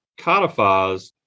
codifies